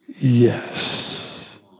Yes